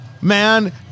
man